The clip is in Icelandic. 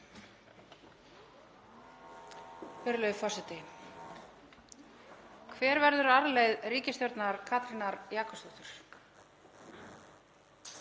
Hver verður arfleifð ríkisstjórnar Katrínar Jakobsdóttur?